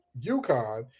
UConn